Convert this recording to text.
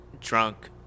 drunk